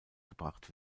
gebracht